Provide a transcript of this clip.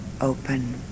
open